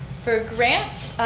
for grants,